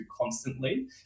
constantly